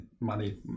money